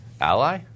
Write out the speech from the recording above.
Ally